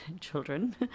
children